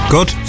Good